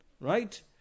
Right